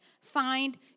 Find